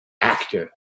actor